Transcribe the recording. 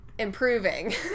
Improving